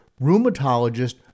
rheumatologist